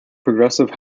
progressive